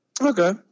Okay